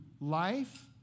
life